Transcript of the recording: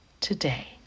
today